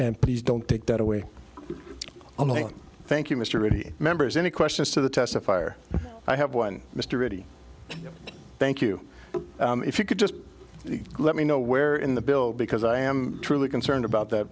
and please don't take that away thank you mr reddy members any questions to the testifier i have one mr reddy thank you if you could just let me know where in the bill because i am truly concerned about that